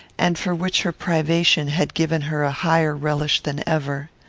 and for which her privation had given her a higher relish than ever.